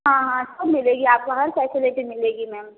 हाँ हाँ सब मिलेगी आपको हर फेसिलिटी मिलेगी मैम